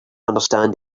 understand